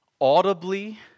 audibly